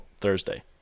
Thursday